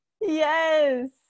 Yes